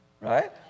right